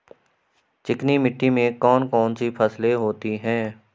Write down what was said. चिकनी मिट्टी में कौन कौन सी फसलें होती हैं?